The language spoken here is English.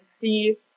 see